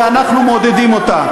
ואנחנו מעודדים אותה.